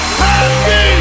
Happy